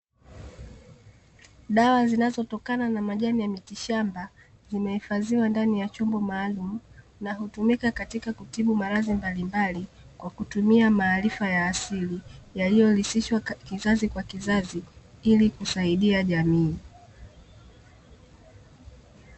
Dawa zinazotokana na majani ya mitishamba zimehifadhiwa ndani ya chombo maalum na hutumika katika kutibu maradhi mbalimbali kwa kutumia maarifa ya asili yaliyorithishwa kizazi kwa kizazi ili kusaidia jamii.